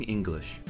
English